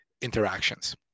interactions